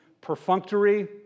perfunctory